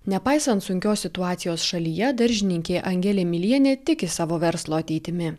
nepaisant sunkios situacijos šalyje daržininkė angelė milienė tiki savo verslo ateitimi